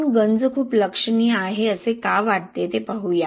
आपण गंज खूप लक्षणीय आहे असे का वाटते ते पाहूया